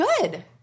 good